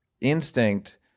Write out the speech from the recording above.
instinct –